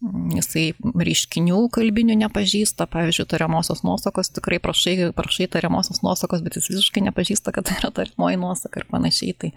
jisai reiškinių kalbinių nepažįsta pavyzdžiui tariamosios nuosakos tikrai prašai prašai tariamosios nuosakos bet jis visiškai nepažįsta kad tai yra tariamoji nuosaka ir panašiai tai